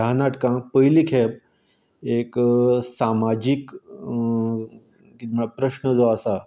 ह्या नाटकान पयलीं खेप एक सामाजीक प्रश्न जो आसा